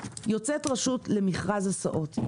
יוצאת רשות למכרז הסעות,